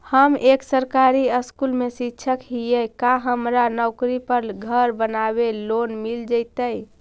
हम एक सरकारी स्कूल में शिक्षक हियै का हमरा नौकरी पर घर बनाबे लोन मिल जितै?